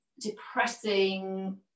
depressing